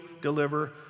deliver